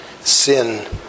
sin